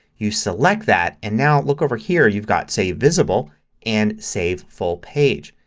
you select that and now look over here. you've got save visible and save full page.